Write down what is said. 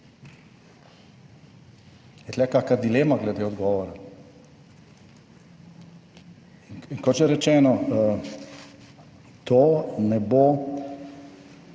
Je tu kakšna dilema glede odgovora? In kot že rečeno, to ne bo,